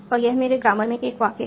और यह मेरे ग्रामर में एक वाक्य है